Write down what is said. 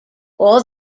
all